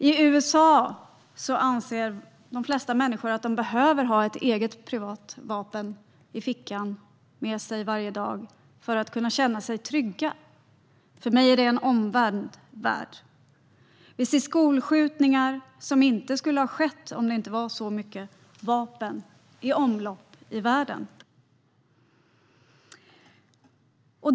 I USA anser de flesta att de behöver ha ett eget vapen med sig i fickan för att kunna känna sig trygga. För mig är det en omvänd värld. Vi ser skolskjutningar som inte skulle ha skett om det inte hade varit så mycket vapen i omlopp i världen.